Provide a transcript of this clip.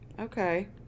Okay